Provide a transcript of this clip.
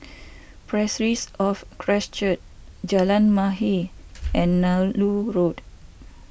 Parish of Christ Church Jalan Mahir and Nallur Road